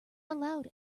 allowed